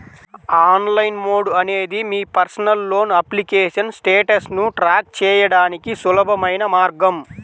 online mode అనేది మీ personal loan application స్టేటస్ను ట్రాక్ చేయడానికి సులభమైన మార్గం